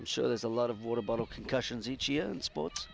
i'm sure there's a lot of water bottle concussions each year in sports